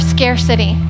scarcity